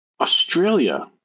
Australia